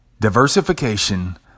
Diversification